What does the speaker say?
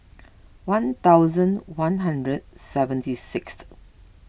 one thousand one hundred seventy sixth